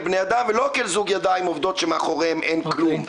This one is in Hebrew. בני אדם ולא כאל זוג ידיים עובדות שמאחוריהן אין כלום.